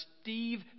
Steve